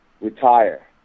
retire